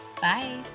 Bye